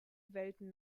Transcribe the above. welten